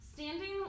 Standing